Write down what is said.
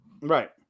Right